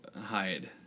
hide